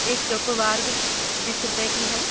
एक चॉकोबार बीस रुपये की है